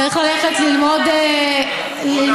צריך ללכת ללמוד משפטים.